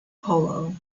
polo